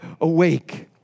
awake